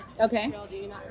Okay